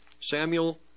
Samuel